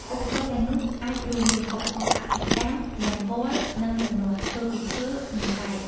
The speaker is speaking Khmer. ឧបករណ៍ទាំងនោះអាចរួមមាន ឧបករណ៍កសិកម្មនង្គ័ល និងរនាស់ ធ្វើពីឈើ និងដែក។